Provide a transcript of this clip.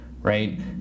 right